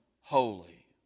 holy